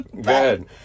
Good